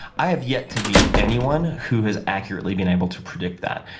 i have yet to meet anyone who has accurately been able to predict that.